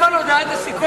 חבר הכנסת נסים זאב,